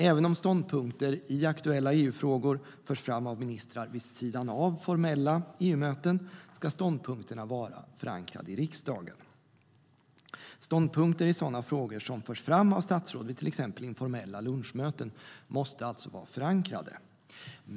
Även om ståndpunkter i aktuella EU-frågor förs fram av ministrar vid sidan av formella EU-möten ska ståndpunkterna vara förankrade i riksdagen. Ståndpunkter i sådana frågor som förs fram av statsråd vid till exempel informella lunchmöten måste alltså vara förankrade.